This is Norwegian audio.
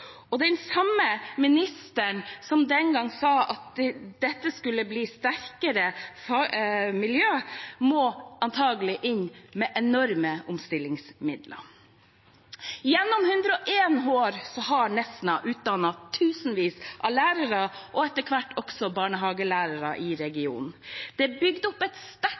sykepleiere. Den samme ministeren som den gang sa at det skulle bli et sterkere miljø, må antagelig inn med enorme omstillingsmidler. I 101 år har Nesna utdannet tusenvis av lærere – og etter hvert også barnehagelærere – i regionen. Det er bygd opp et sterkt